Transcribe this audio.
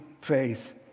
faith